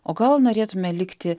o gal norėtume likti